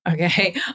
okay